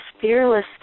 fearless